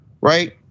right